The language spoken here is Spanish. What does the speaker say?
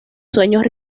sueños